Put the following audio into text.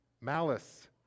malice